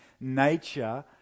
nature